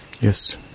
Yes